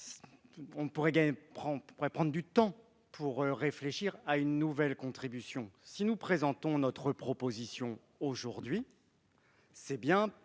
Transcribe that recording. davantage de temps pour réfléchir à une nouvelle contribution. Si nous présentons notre proposition aujourd'hui, c'est bien parce